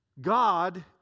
God